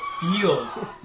feels